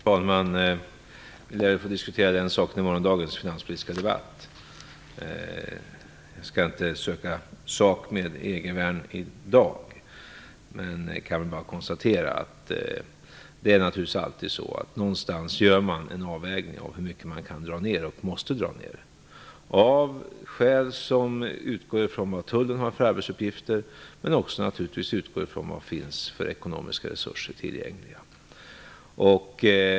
Fru talman! Vi lär få diskutera den frågan i morgondagens finanspolitiska debatt. Jag skall inte i dag söka sak med Egervärn. Men jag kan konstatera att man alltid någonstans gör en avvägning av hur mycket man kan dra ner och måste dra ner av skäl som utgår från vad tullen har för arbetsuppgifter men också utgår från vilka ekonomiska resurser som finns tillgängliga.